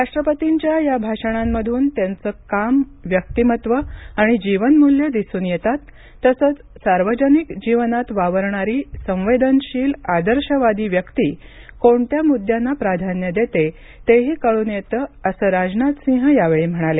राष्ट्रपतींच्या या भाषणांमधून त्यांचं काम व्यक्तीमत्त्व आणि जीवनमूल्यं दिसून येतात तसंच सार्वजनिक जीवनात वावरणारी संवेदनशील आदर्शवादी व्यक्ती कोणत्या मुद्द्यांना प्राधान्य देते तेही कळून येतं असं राजनाथ सिंह यावेळी म्हणाले